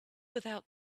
without